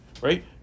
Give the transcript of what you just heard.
right